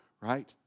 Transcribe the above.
right